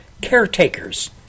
caretakers